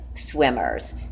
swimmers